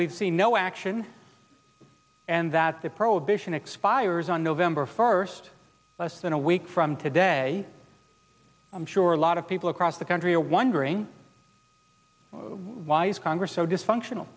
we've seen no action and that the prohibition expires on november first less than a week from today i'm sure a lot of people across the country are wondering why is congress so dysfunctional